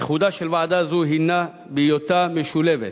ייחודה של ועדה זו הינו בהיותה משולבת: